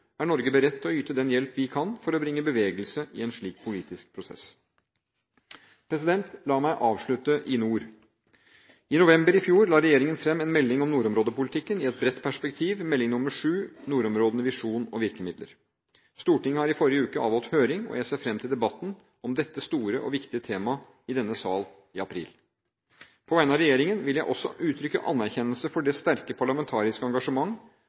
er Norge beredt til å yte den hjelp vi kan for å bringe bevegelse i en slik politisk prosess. La meg avslutte i nord. I november i fjor la regjeringen fram en melding om nordområdepolitikken i et bredt perspektiv, Meld. St. 7 for 2011–2012 – Visjon og virkemidler. Stortinget har i forrige uke avholdt høring, og jeg ser fram til debatten om dette store og viktige temaet i denne sal i april. På vegne av regjeringen vil jeg også uttrykke anerkjennelse for det sterke parlamentariske